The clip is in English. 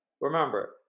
Remember